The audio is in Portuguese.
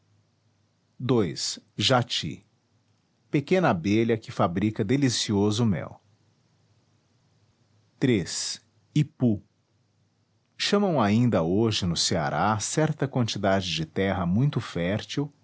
ii jati pequena abelha que fabrica delicioso mel iii ipu chamam ainda hoje no ceará certa qualidade de terra muito fértil